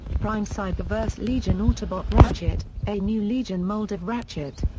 prime cyberverse legion autobot ratchet a new legion mold of ratchet.